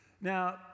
Now